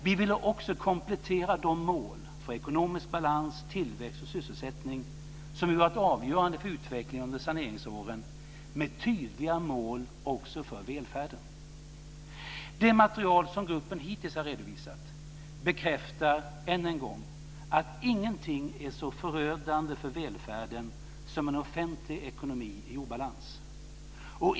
Vi ville också komplettera de mål för ekonomisk balans, tillväxt och sysselsättning som varit avgörande för utvecklingen under saneringsåren med tydliga mål också för välfärden. Det material som gruppen hittills har redovisat bekräftar än en gång att ingenting är så förödande för välfärden som en offentlig ekonomi i obalans.